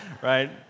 Right